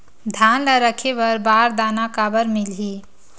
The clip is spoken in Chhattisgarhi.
धान ल रखे बर बारदाना काबर मिलही?